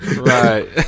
Right